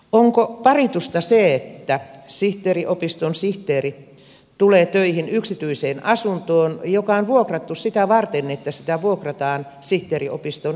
onko paritusta se että sihteeriopiston sihteeri tulee töihin yksityiseen asuntoon joka on vuokrattu sitä varten että sitä vuokrataan sihteeriopiston sihteereille